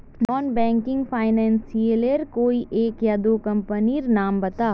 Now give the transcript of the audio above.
Non banking financial लेर कोई एक या दो कंपनी नीर नाम बता?